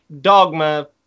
Dogma